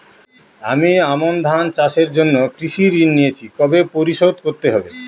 আমি আমন ধান চাষের জন্য কৃষি ঋণ নিয়েছি কবে পরিশোধ করতে হবে?